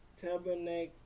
tabernacle